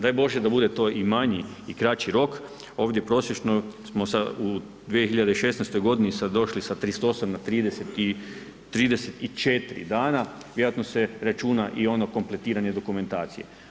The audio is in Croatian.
Daj Bože da bude to i manji i kraći rok, ovdje prosječno smo u 2016. došli sa 38 na 34 dana, vjerojatno se računa i ono kompletiranje dokumentacije.